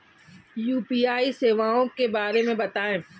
UPI सेवाओं के बारे में बताएँ?